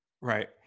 Right